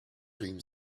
cream